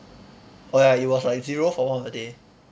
oh ya it was like zero for one of the day